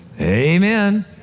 Amen